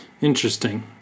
Interesting